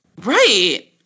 right